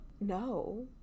No